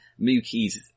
Mookie's